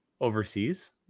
overseas